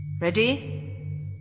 Ready